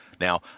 Now